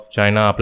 China